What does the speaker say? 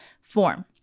form